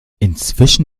inzwischen